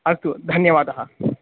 अस्तु धन्यवादः